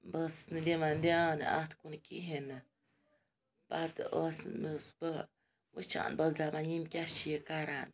بہٕ ٲسٕس نہٕ دِوان دیان اَتھ کُن کِہیٖنۍ نہٕ پَتہٕ ٲسٕس بہٕ وٕچھان بہٕ ٲسٕس دَپان یِم کیٛاہ چھِ یہِ کَران